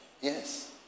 Yes